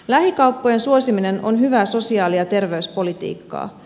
lähikauppojen suosiminen on hyvää sosiaali ja terveyspolitiikkaa